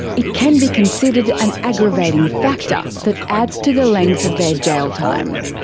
it can be considered an aggravating factor that adds to the length of their jail time.